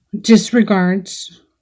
disregards